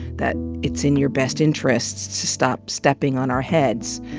that it's in your best interests to stop stepping on our heads.